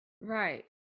Right